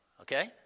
okay